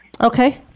Okay